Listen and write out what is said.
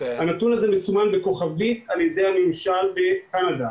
הנתון הזה מסומן בכוכבית על ידי הממשל בקנדה.